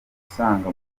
usanga